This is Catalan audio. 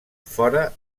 fora